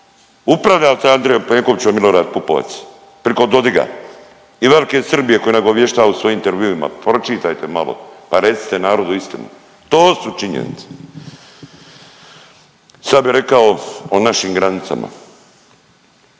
Upravlja li to Andrejom Plenkovićem Milorad Pupovac preko Dodiga i velike Srbije koju nagovještava u svojim intervjuima. Pročitajte malo pa recite narodu istinu. To su činjenice. Sad bi rekao o našim granicama.